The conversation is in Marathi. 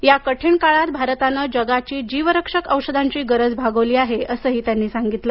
या कठीण काळात भारतानं जगाची जीवरक्षक औषधांची गरज भागवली आहे असंही त्यांनी सांगितलं